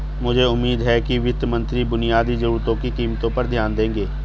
मुझे उम्मीद है कि वित्त मंत्री बुनियादी जरूरतों की कीमतों पर ध्यान देंगे